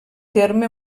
terme